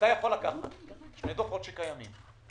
יכול לקחת שני דוחות שקיימים,